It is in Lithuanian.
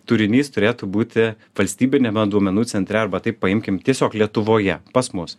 turinys turėtų būti valstybiniame duomenų centre arba taip paimkim tiesiog lietuvoje pas mus